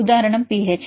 உதாரணம் pH